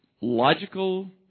logical